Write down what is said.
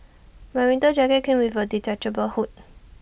my winter jacket came with A detachable hood